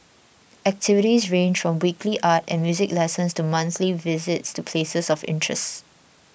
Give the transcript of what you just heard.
activities range from weekly art and music lessons to monthly visits to places of interests